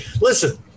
Listen